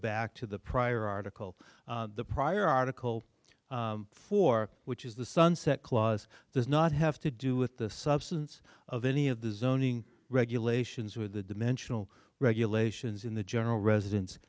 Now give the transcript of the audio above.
back to the prior article the prior article for which is the sunset clause does not have to do with the substance of any of the zoning regulations with the dimensional regulations in the general residen